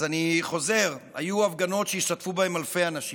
אז אני חוזר: היו הפגנות שהשתתפו בהן אלפי אנשים.